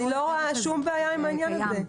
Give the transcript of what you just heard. אני לא רואה שום בעיה עם העניין הזה.